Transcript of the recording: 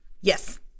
Yes